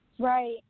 Right